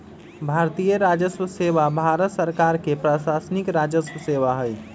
भारतीय राजस्व सेवा भारत सरकार के प्रशासनिक राजस्व सेवा हइ